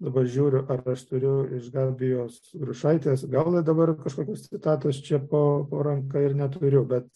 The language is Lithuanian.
dabar žiūriu ar aš turiu iš gabijos grušaitės gal dabar kažkokios citatos čia po ranka ir neturiu bet